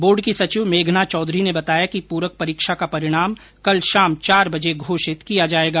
board की सचिव मेघना चौधरी ने आज बताया कि प्ररक परीक्षा का परिणाम कल शाम को चार बजे घोषित किया जाएगा